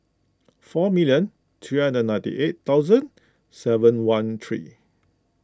four million three hundred and ninety eight thousand seven one three